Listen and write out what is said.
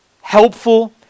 helpful